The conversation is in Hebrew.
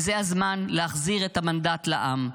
וזה הזמן להחזיר את המנדט לעם.